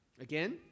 Again